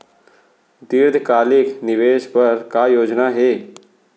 दीर्घकालिक निवेश बर का योजना हे?